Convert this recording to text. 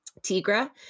tigra